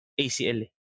ACL